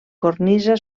cornisa